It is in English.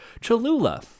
Cholula